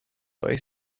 way